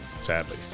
Sadly